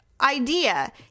idea